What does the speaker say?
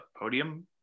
podium